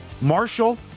Marshall